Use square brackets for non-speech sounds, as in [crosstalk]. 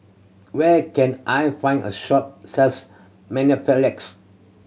where can I find a shop sells [unintelligible]